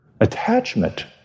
attachment